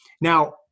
Now